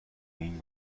این